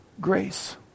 grace